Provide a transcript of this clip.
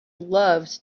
loves